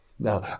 Now